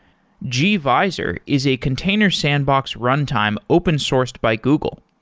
gvisor is a container sandbox runtime open sourced by google.